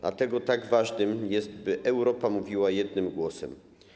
Dlatego tak ważne jest, by Europa mówiła jednym głosem.